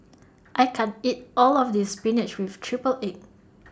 I can't eat All of This Spinach with Triple Egg